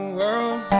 world